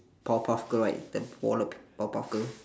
powerpuff girl right the wallet powerpuff girl